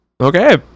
Okay